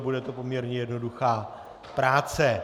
Bude to poměrně jednoduchá práce.